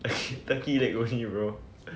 turkey leg only bro